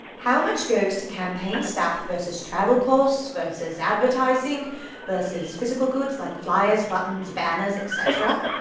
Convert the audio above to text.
how much goes to campaign staff versus travel costs versus advertising versus physical goods like flyers, buttons, banners, et cetera?